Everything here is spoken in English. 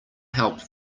help